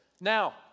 Now